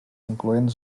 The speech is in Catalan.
incloent